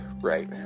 right